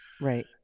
Right